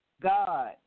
God